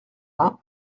vingt